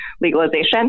legalization